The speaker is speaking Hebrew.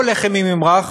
או לחם עם ממרח,